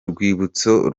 rwibutso